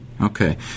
Okay